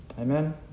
Amen